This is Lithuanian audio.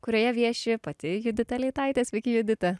kurioje vieši pati judita leitaitė sveiki judita